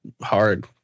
hard